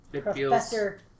Professor